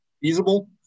feasible